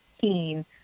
keen